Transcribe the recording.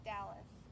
Dallas